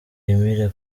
emile